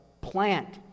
plant